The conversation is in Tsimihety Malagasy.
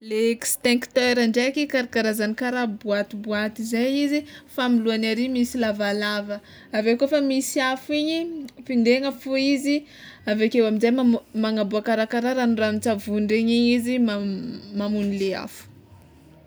Le extincteur ndraiky karakarazany kara boatiboaty zay izy fa amy lohany ary misy lavalava aveo kôfa misy afo igny pindegna fô izy aveke aminjay mamo- magnaboaka raha kara ranoranontsavony regny izy mam- mamono le afo.